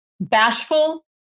Bashful